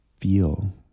feel